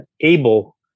able